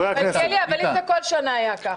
מלכיאלי, אבל בכל שנה זה היה כך.